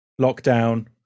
lockdown